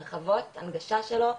הרחבות, הנגשה שלו.